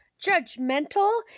Judgmental